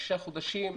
לשישה חודשים.